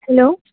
hello